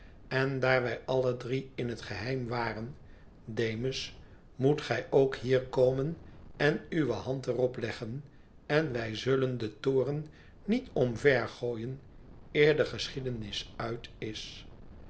n daar wij alle drie in het geheim waren demus moet gij ook hier komen en uwe hand er op leggen en wij zullen den toren met omvergooien eer de geschiedenis uit is